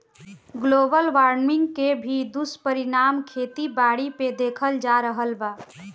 global warming के भी दुष्परिणाम खेती बारी पे देखल जा रहल बा